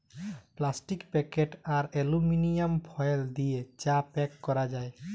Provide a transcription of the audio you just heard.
plastic packet আর aluminium foil দিয়ে চা প্যাক ক্যরা যায়